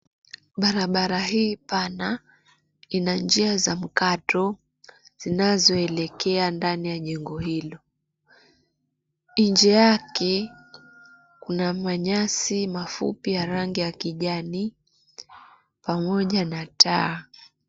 Barabara hii pana ina njia za mkato zinazoelekea ndani ya jengo hilo. Nje yake kuna manyasi mafupi ya rangi ya kijani pamoja na taa.